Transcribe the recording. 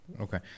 Okay